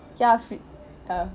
ya phoe~ ya